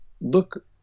look